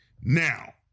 Now